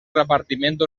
repartiment